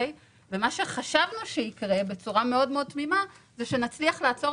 מה שחשבנו שיקרה בצורה מאוד מאוד תמימה זה שנצליח לעצור